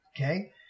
okay